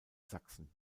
sachsen